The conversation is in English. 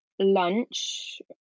lunch